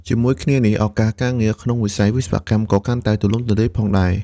ជាមួយគ្នានេះ ឱកាសការងារក្នុងវិស័យវិស្វកម្មក៏កាន់តែទូលំទូលាយ ផងដែរ។